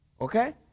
Okay